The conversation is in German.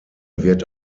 wird